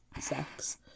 sex